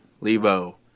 Lebo